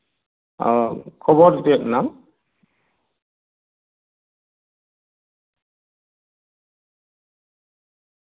ᱟ ᱠᱷᱚᱵᱚᱨ ᱪᱮᱫ ᱱᱟᱢ